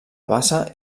bassa